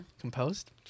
Composed